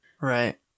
Right